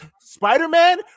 spider-man